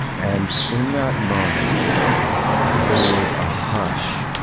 and in that moment there was a hush,